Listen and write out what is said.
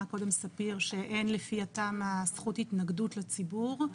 קודם ספיר שאין לפי התמ"א זכות התנגדות לציבור,